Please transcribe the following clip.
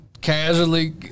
Casually